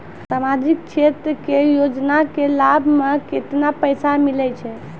समाजिक क्षेत्र के योजना के लाभ मे केतना पैसा मिलै छै?